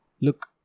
Look